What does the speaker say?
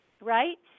right